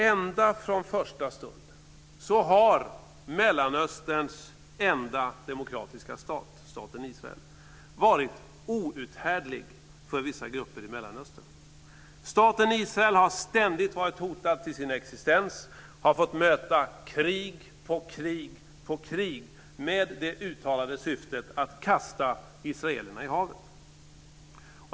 Ända från första stund har Mellanösterns enda demokratiska stat - staten Israel - varit outhärdlig för vissa grupper i Mellanöstern. Staten Israel har ständigt varit hotad till sin existens och fått möta krig på krig på krig med det uttalade syftet att israelerna kastas i havet.